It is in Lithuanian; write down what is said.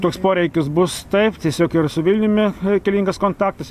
toks poreikis bus taip tiesiog ir su vilniumi reikalingas kontaktas